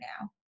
now